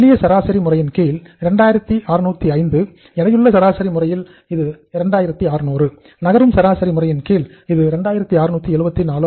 simple average முறையின் கீழ் இது 2674 ஆகும்